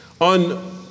On